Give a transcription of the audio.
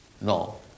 No